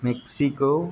Mexico